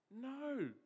No